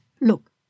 Look